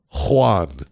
Juan